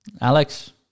Alex